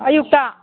ꯑꯌꯨꯛꯇ